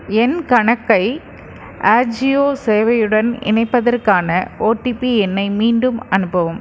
என் கணக்கை அஜியோ சேவையுடன் இணைப்பதற்கான ஓடிபி எண்ணை மீண்டும் அனுப்பவும்